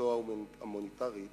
במדיניותו המוניטרית